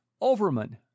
Overman